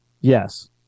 Yes